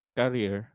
career